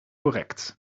correct